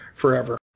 forever